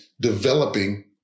developing